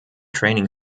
training